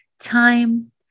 time